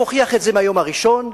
והוא הוכיח את זה מהיום הראשון,